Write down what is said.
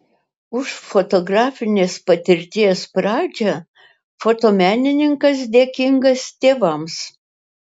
už fotografinės patirties pradžią fotomenininkas dėkingas tėvams